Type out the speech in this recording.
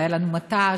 והיה לנו מט"ש,